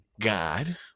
God